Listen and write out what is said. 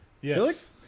Yes